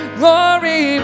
glory